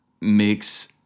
makes